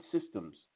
systems